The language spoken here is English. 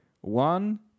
one